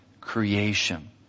Creation